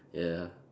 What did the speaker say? ya